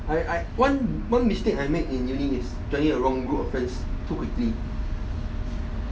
I I one one mistake I made in uni is joining a wrong group of friends too quickly